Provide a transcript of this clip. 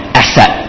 asset